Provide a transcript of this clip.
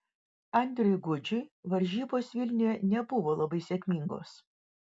andriui gudžiui varžybos vilniuje nebuvo labai sėkmingos